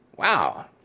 wow